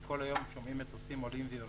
אבל כל היום שומעים מטוסים עולים ויורדים,